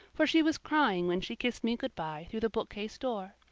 for she was crying when she kissed me good-bye through the bookcase door.